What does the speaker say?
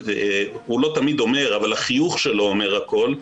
הוא לא תמיד אומר, אבל החיוך שלו אומר הכול,